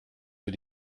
für